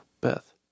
Beth